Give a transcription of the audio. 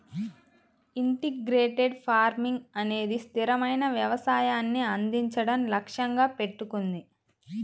integrated farming అనేది స్థిరమైన వ్యవసాయాన్ని అందించడం లక్ష్యంగా పెట్టుకుంది